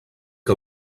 que